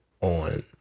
on